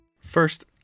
First